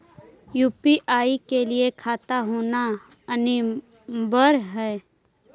UPI के लिए खाता होना अनिवार्य है?